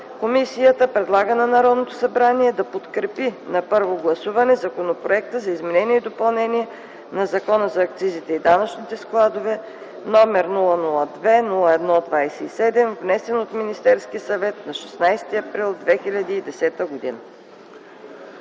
въпроси предлага на Народното събрание да подкрепи на първо гласуване Законопроект за изменение и допълнение на Закона за акцизите и данъчните складове, № 002-01-27, внесен от Министерски съвет на 16.04.2010 г.”